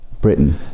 Britain